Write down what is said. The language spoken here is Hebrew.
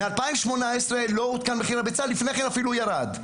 מ-2018 לא עודכן מחיר הביצה ולפני כן הוא אפילו ירד,